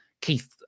Keith